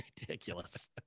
ridiculous